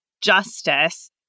justice